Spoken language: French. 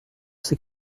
c’est